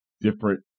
different